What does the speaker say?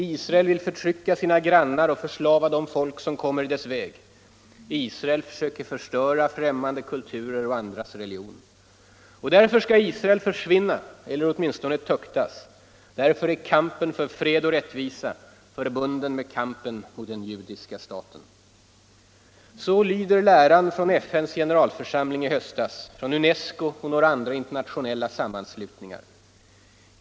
Israel vill förtrycka sina grannar och förslava de folk som kommer i dess väg. Israel söker förstöra främmande kulturer och andras religion. Därför skall Israel försvinna eller åtminstone tuktas. Därför är kampen för fred och rättvisa förbunden med kampen mot den judiska staten. Så lyder läran från FN:s generalförsamling i höstas, från UNESCO och några andra internationella sammanslutningar.